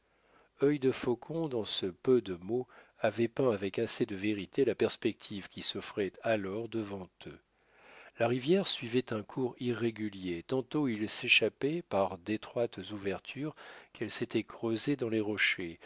de vie œil de faucon dans ce peu de mots avait peint avec assez de vérité la perspective qui s'offrait alors devant eux la rivière suivait un cours irrégulier tantôt elle s'échappait par d'étroites ouvertures qu'elle s'était creusées dans les rochers